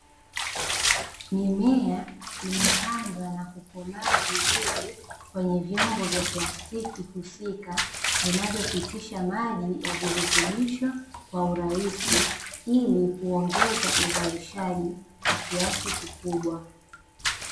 Mimea imepandwa na kukomaa vizuri, kwenye vyombo vya plasitiki husika, vinavyopitisha maji ya virutubisho kwa urahisi, ili kuongeza uzalishaji kwa kiasi kikubwa.